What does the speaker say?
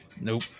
Nope